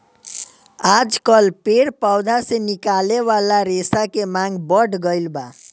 आजकल पेड़ पौधा से निकले वाला रेशा के मांग बढ़ गईल बा